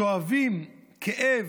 שואבים כאב,